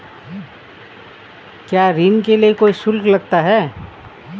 क्या ऋण के लिए कोई शुल्क लगता है?